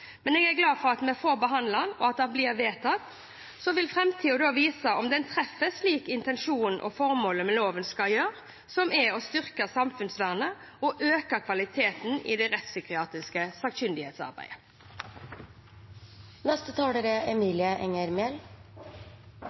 men jeg er glad for at vi får behandlet den, og at det blir vedtatt. Framtida vil vise om den treffer slik intensjonen og formålet med loven skal gjøre, som er å styrke samfunnsvernet og øke kvaliteten i det rettspsykiatriske sakkyndighetsarbeidet.